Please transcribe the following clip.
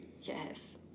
Yes